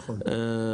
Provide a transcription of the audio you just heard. נכון.